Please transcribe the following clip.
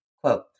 quote